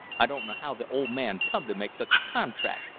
i don't know how the old man come to make such a contrac',